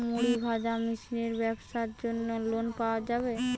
মুড়ি ভাজা মেশিনের ব্যাবসার জন্য লোন পাওয়া যাবে?